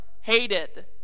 hated